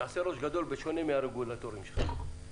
תעשה ראש גדול, בשונה מהרגולטורים שלך.